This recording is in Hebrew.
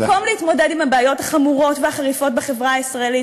במקום להתמודד עם הבעיות החמורות והחריפות בחברה הישראלית,